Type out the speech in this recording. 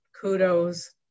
kudos